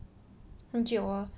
很久 hor